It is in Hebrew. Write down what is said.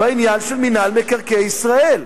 בעניין של מינהל מקרקעי ישראל.